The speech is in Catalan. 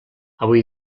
avui